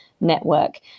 network